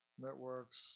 networks